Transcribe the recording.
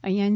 અહી એન